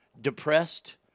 depressed